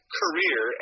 career